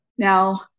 Now